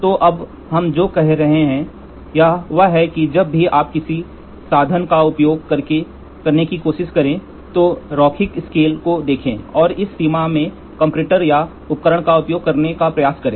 तो अब हम जो कह रहे हैं वह यह है कि जब भी आप किसी साधन का उपयोग करने की कोशिश करें तो रैखिकस्केल को देखें और इस सीमा में कंपैरेटर या उपकरण का उपयोग करने का प्रयास करें